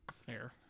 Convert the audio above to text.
Fair